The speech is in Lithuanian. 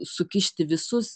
sukišti visus